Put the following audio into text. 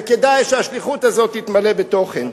וכדאי שהשליחות הזאת תתמלא בתוכן.